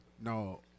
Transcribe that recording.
No